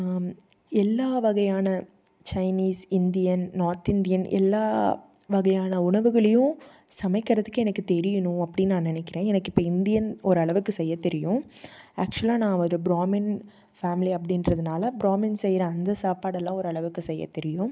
எல்லா வகையான Chinese Indian North Indian எல்லா வகையான உணவுகளையும் சமைக்கிறதுக்கு எனக்கு தெரியனும் அப்படின்னு நான் நினக்கிறன் எனக்கு இப்போ இந்தியன் ஓரளவுக்கு செய்ய தெரியும் ஆக்சுவலாக நான் ஒரு பிராமின் ஃபேமிலி அப்படின்றதுனால பிராமின் செய்யற அந்த சாப்பாடெல்லாம் ஓரளவுக்கு செய்ய தெரியும்